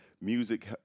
music